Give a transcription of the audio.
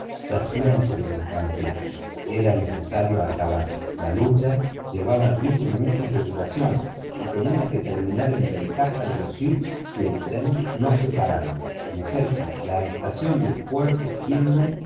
rompecabezas yacían sobre las banquetas era necesario acabar la lucha llevaba diez minutos de duración y tenía que tenninar en ventaja de los sioux si el tren no se paraba en efecto la estación de fuerte